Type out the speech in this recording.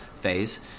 phase